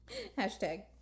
Hashtag